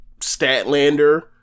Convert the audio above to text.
Statlander